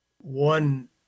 one